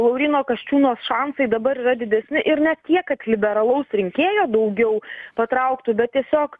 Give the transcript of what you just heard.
lauryno kasčiūno šansai dabar yra didesni ir ne tiek kad liberalaus rinkėjo daugiau patrauktų bet tiesiog